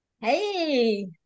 Hey